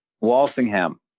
Walsingham